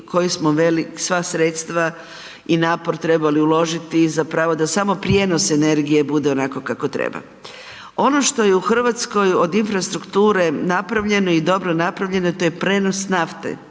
sva sredstva i napor trebali uložiti zapravo da samo prijenos energije onako kako treba. Ono što je u Hrvatskoj od infrastrukture napravljeno i dobro napravljeno, to je prijenos nafte.